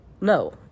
No